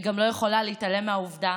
אני גם לא יכולה להתעלם מהעובדה